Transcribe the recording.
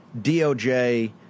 DOJ